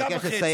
אני מבקש לסיים.